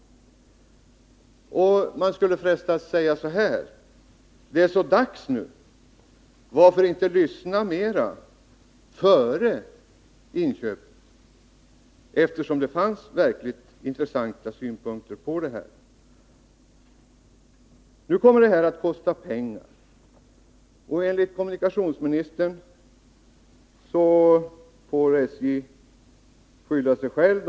Man frestas också säga: Det är så dags nu! Varför inte lyssna mer före inköpen, eftersom det fanns verkligt intressanta synpunkter på denna affär? Nu kommer dessa reparationer att kosta pengar, och enligt kommunikationsministern får SJ-ledningen skylla sig själv.